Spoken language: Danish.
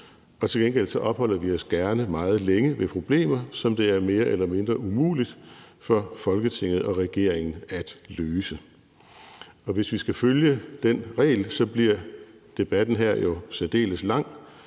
og til gengæld opholder vi os gerne meget længe ved problemer, som det er mere eller mindre umuligt for Folketinget og regeringen at løse. Og hvis vi skal følge den regel, bliver debatten her jo særdeles lang,